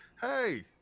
hey